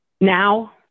Now